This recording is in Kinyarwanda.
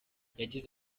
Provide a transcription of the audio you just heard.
yagize